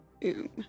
Boom